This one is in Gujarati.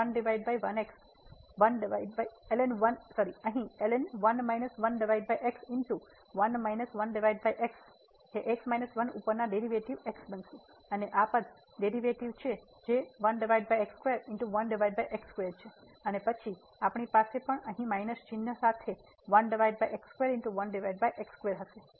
તેથી અહીં ln x 1 ઉપરના ડેરિવેટિવ x બનશે અને આ પદનું ડેરિવેટિવ જે છે અને પછી આપણી પાસે પણ અહીં માઈનસ ચિહ્ન સાથે છે